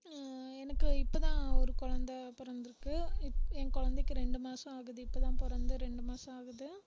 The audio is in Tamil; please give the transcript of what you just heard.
எனக்கு இப்போ தான் ஒரு கொழந்த பிறந்துருக்கு இப் என் கொழந்தைக்கு ரெண்டு மாதம் ஆகுது இப்போ தான் பிறந்து ரெண்டு மாதம் ஆகுது